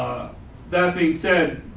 that being said,